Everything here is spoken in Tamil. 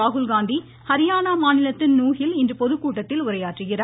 ராகுல்காந்தி ஹரியானா மாநிலத்தின் நூஹில் இன்று பொதுக்கூட்டத்தில் உரையாற்றுகிறார்